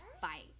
fight